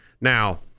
Now